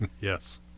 Yes